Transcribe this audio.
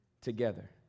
together